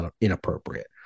inappropriate